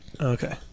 Okay